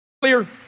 Clear